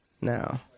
now